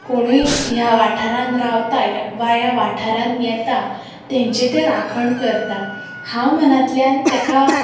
कोणूय ह्या वाठारांत रावता वा ह्या वाठारांत येता तेंचे ते राखण करता हांव मनांतल्यान ताका